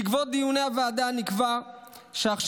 בעקבות דיוני הוועדה נקבע שהכשרות